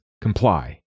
Comply